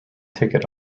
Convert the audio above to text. ticket